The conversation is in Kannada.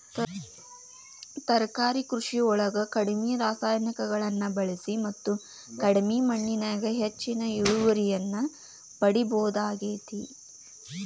ತರಕಾರಿ ಕೃಷಿಯೊಳಗ ಕಡಿಮಿ ರಾಸಾಯನಿಕಗಳನ್ನ ಬಳಿಸಿ ಮತ್ತ ಕಡಿಮಿ ಮಣ್ಣಿನ್ಯಾಗ ಹೆಚ್ಚಿನ ಇಳುವರಿಯನ್ನ ಪಡಿಬೋದಾಗೇತಿ